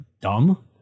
dumb